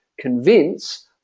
convince